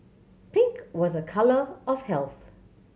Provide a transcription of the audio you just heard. pink was a colour of health